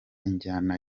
injyana